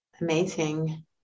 amazing